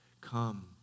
Come